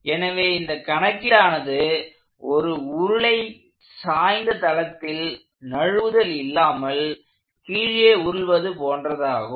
எனவே இந்த கணக்கீடானது ஒரு உருளை சாய்ந்த தளத்தில் நழுவுதல் இல்லாமல் கீழே உருள்வது போன்றதாகும்